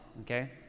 okay